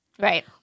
right